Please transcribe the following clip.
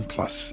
Plus